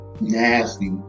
nasty